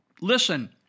Listen